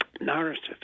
narrative